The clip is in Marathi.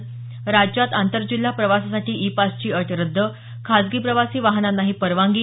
स राज्यात आंतरजिल्हा प्रवासासाठी ई पासची अट रद्द खाजगी प्रवासी वाहनांनाही परवानगी